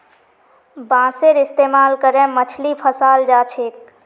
बांसेर इस्तमाल करे मछली फंसाल जा छेक